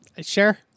Sure